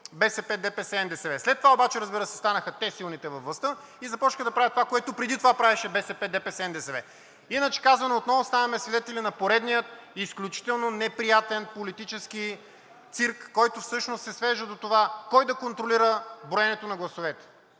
БСП, ДПС и НДСВ. След това обаче, разбира се, станаха те силните във властта и започнаха да правят това, което преди това правеше БСП, ДПС, НДСВ. Иначе казано, отново ставаме свидетели на поредния изключително неприятен политически цирк, който всъщност се свежда до това кой да контролира броенето на гласовете,